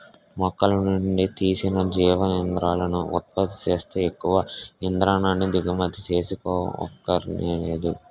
మొక్కలనుండి తీసిన జీవ ఇంధనాలను ఉత్పత్తి సేత్తే ఎక్కువ ఇంధనాన్ని దిగుమతి సేసుకోవక్కరనేదు